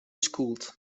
schooled